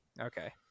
okay